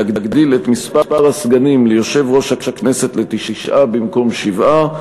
להגדיל את מספר הסגנים ליושב-ראש הכנסת לתשעה במקום שבעה.